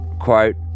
quote